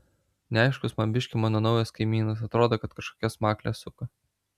neaiškus man biškį mano naujas kaimynas atrodo kad kažkokias makles suka